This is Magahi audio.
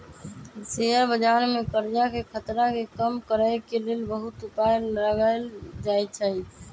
शेयर बजार में करजाके खतरा के कम करए के लेल बहुते उपाय लगाएल जाएछइ